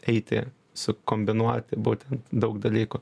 eiti sukombinuoti būtent daug dalykų